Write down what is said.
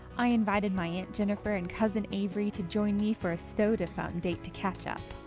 i invited my aunt jennifer and cousin avery to join me for a soda fountain date to catch up!